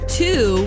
two